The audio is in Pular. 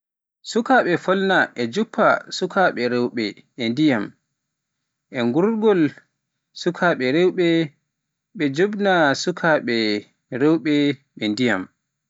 Sukaaɓe Poloñ e njuppa sukaaɓe rewɓe e ndiyam e uurngol, sukaaɓe rewɓe ɓee ina njuppa e sukaaɓe rewɓe ɓee ndiyam.